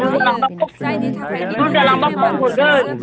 बुरजा लांब्ला खम हरगोन